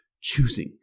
Choosing